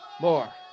More